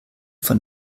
von